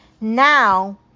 now